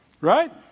Right